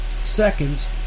seconds